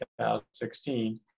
2016